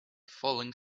falling